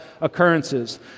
occurrences